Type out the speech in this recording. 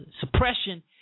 suppression